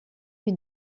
lui